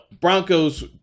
Broncos